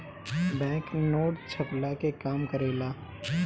bank note छ्पला के काम करेला